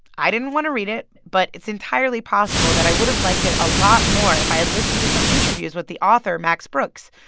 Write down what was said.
i didn't want to read it, but it's entirely possible that i would have liked it a lot more if i had listened to some interviews with the author, max brooks,